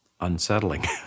unsettling